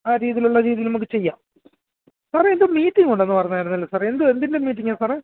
ആ രീതിയിലുള്ള രീതിയിൽ നമുക്ക് ചെയ്യാം സാറെ എന്തോ മീറ്റിംഗ് ഉണ്ടെന്നു പറഞ്ഞായിരുന്നല്ലോ സാറെ എന്തുവാ എന്തിൻ്റെ മീറ്റിങ്ങാണ് സാറേ